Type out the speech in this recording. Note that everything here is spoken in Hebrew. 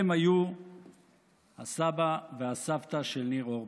הם היו הסבא והסבתא של ניר אורבך.